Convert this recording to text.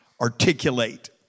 articulate